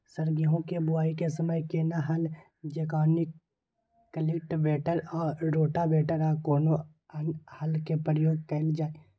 Sir गेहूं के बुआई के समय केना हल जेनाकी कल्टिवेटर आ रोटावेटर या कोनो अन्य हल के प्रयोग कैल जाए?